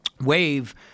Wave